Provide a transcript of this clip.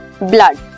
blood